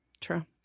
True